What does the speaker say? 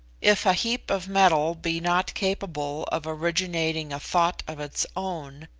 if a heap of metal be not capable of originating a thought of its own,